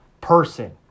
person